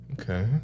Okay